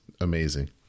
amazing